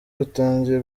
rutangiye